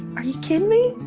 are you kidding me?